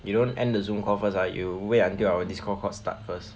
you don't end the Zoom call first ah you wait until our Discord call start first